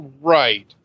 Right